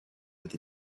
with